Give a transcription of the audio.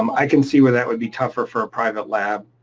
um i can see where that would be tougher for a private lab